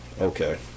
okay